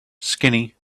skinny